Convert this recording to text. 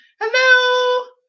Hello